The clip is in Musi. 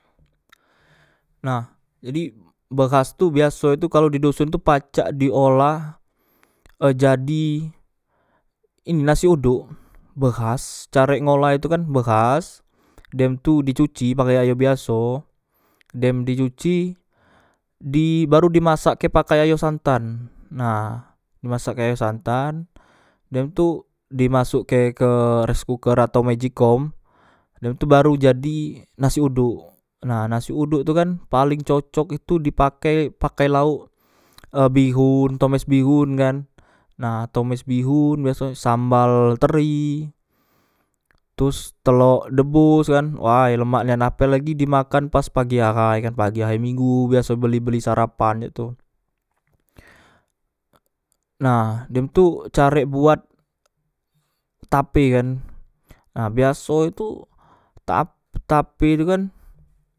Nah jadi behas tu biaso e tu kalo di doson tu pacak di olah e jadi ini nasi odok behas carek ngolah e tu kan behas dem tu di cuci pakai ayo biaso dem di cuci di baru dimasakke pakai ayo santan nah dimasakke ayo santan dem tu dimasokke ke res kuker atau mejikom dem tu baru jadi nasi odok nah nasi odok tu kan paleng cocok itu dipake pake laok e bihon tomes bihon kan nah tomes bihon biaso sambal teri terus telok debos kan way lemak nian apelagi dimakan pas pagi ahay kan pagi ahay minggu biaso beli beli sarapan cak tu nah dem tu carek buat tape kan nah biaso e tu ta tape tu kan